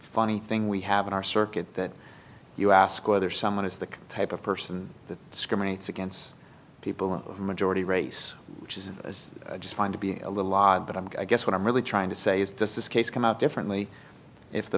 funny thing we have in our circuit you ask whether someone is the type of person that discriminates against people of majority race which is as i just find to be a little odd but i'm guess what i'm really trying to say is does this case come out differently if the